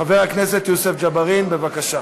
חבר הכנסת יוסף ג'בארין, בבקשה.